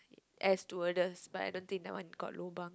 air stewardess but I don't think that one got lobang